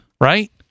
right